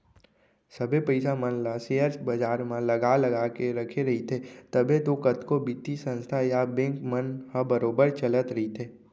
सबे पइसा मन ल सेयर बजार म लगा लगा के रखे रहिथे तभे तो कतको बित्तीय संस्था या बेंक मन ह बरोबर चलत रइथे